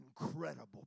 incredible